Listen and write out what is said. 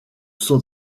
sont